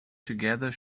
together